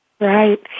right